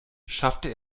schaffte